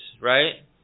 right